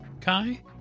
Kai